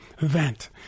event